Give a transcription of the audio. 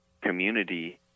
community